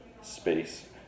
space